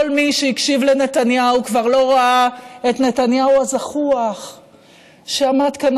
כל מי שהקשיב לנתניהו כבר לא ראה את נתניהו הזחוח שעמד כאן,